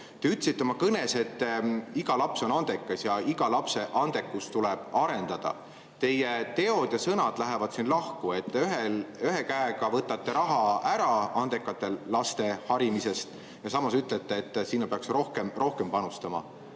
Te ütlesite oma kõnes, et iga laps on andekas ja iga lapse andekust tuleb arendada. Teie teod ja sõnad lähevad lahku, te ühe käega võtate raha ära andekate laste harimisest ja samas ütlete, et sinna peaks rohkem panustama.